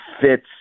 fits